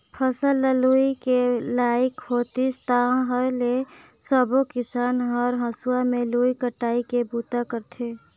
फसल ल लूए के लइक होतिस ताहाँले सबो किसान हर हंसुआ में लुवई कटई के बूता करथे